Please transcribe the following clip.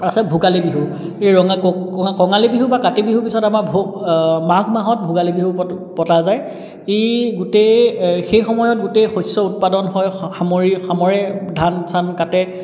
আছে ভোগালী বিহু এই ৰঙা ক কঙালী বিহু বা কাতি বিহু পিছত আমাৰ ভোগ মাঘ মাহত ভোগালী বিহু পত পতা যায় ই গোটেই সেই সময়ত গোটেই শষ্য উৎপাদন হয় সামৰি সামৰে ধান চান কাটে